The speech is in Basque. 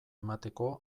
emateko